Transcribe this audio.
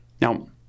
Now